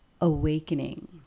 awakening